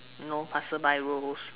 you know passer by roles